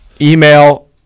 Email